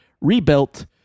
Rebuilt